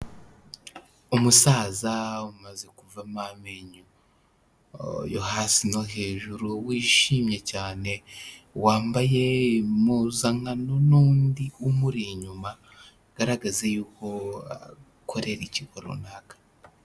Umusaza umaze kuvamo amenyo yo hasi no hejuru wishimye cyane; wambaye impuzankano n'undi umuri inyuma bigaragaza yuko akorera ikigo runaka.